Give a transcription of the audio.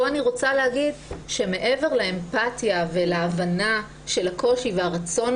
פה אני רוצה להגיד שמעבר לאמפתיה ולהבנה של הקושי והרצון